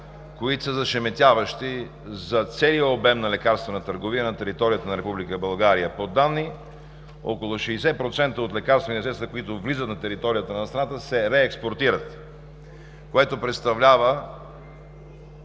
които са зашеметяващи за целия обем на лекарствена търговия на територията на Република България. По данни, около 60% от лекарствените средства, които влизат на територията на страната, се реекспортират, което представлява…